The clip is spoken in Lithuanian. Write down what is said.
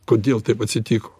kodėl taip atsitiko